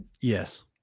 Yes